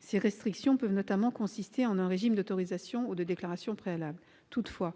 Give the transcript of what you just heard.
Ces restrictions peuvent notamment consister en un régime d'autorisation ou de déclaration préalable. Toutefois,